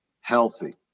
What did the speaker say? healthy